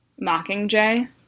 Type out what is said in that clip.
Mockingjay